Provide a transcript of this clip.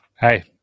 Hey